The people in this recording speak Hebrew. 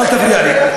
אל תפריע לי.